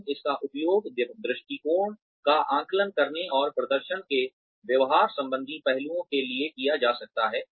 लेकिन इसका उपयोग दृष्टिकोण का आकलन करने और प्रदर्शन के व्यवहार संबंधी पहलुओं के लिए किया जा सकता है